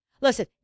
Listen